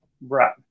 Right